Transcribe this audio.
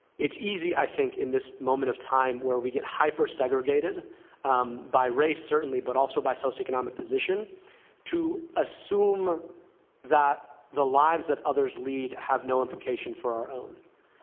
it's easy, i think, in this moment of time where we get hyper-segregated by race certainly, but also by socioeconomic position to assume that the lives that others lead have no implication for our own.